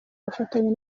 bafatanya